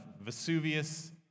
Vesuvius